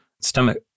stomach